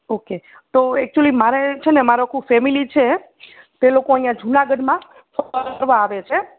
okay તો actually મારે છેને મારુ આખું ફેમિલી છે તે લોકો અહિયાં જૂનાગઢમાં તો ફરવા આવે છે